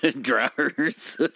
Drawers